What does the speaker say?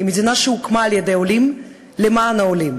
היא מדינה שהוקמה על-ידי עולים למען העולים,